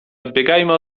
odbiegajmy